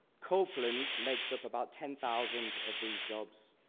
copeland makes up about ten thousand of these jobs.